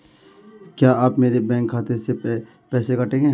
क्या आप मेरे बैंक खाते से पैसे काटेंगे?